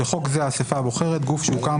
בחוק זה "האסיפה הבוחרת" גוף שהוקם